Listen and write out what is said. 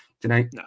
tonight